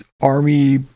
army